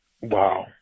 wow